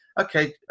okay